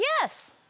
yes